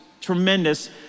tremendous